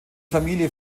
familie